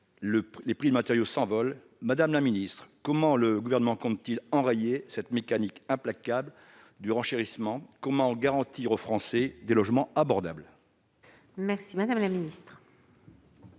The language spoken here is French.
les prix des matériaux s'envolent. Madame la ministre, comment le Gouvernement compte-t-il enrayer cette mécanique implacable du renchérissement ? Comment garantir aux Français des logements abordables ? La parole est à Mme la ministre